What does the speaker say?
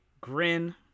grin